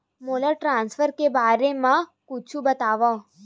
मोला ट्रान्सफर के बारे मा कुछु बतावव?